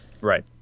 Right